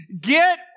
Get